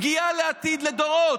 פגיעה לעתיד לדורות,